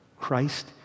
Christ